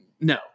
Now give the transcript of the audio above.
No